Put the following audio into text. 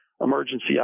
emergency